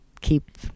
keep